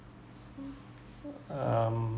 um